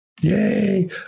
Yay